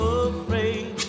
afraid